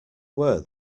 were